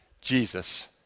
Jesus